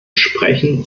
sprechen